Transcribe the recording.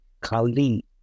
Kali